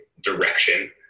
direction